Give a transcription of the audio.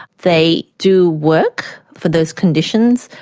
they do work for those conditions,